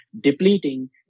depleting